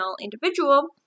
individual